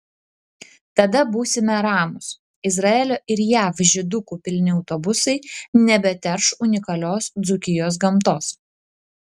tada būsime ramūs izraelio ir jav žydukų pilni autobusai nebeterš unikalios dzūkijos gamtos